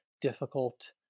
difficult